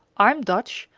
i'm dutch,